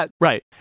right